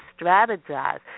strategize